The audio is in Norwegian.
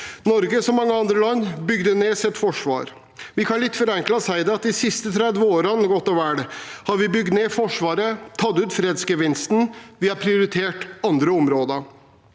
Norge, som mange andre land, bygde ned sitt forsvar. Vi kan litt forenklet si at i de siste godt og vel 30 årene har vi bygd ned Forsvaret, tatt ut fredsgevinsten og prioritert andre områder.